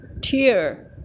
tear